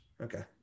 Okay